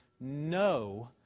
no